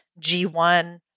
g1